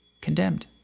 condemned